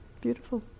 beautiful